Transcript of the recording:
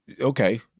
Okay